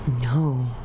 No